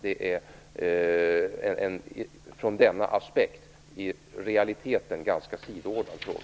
Det är en ur denna aspekt i realiteten ganska sidoordnad fråga.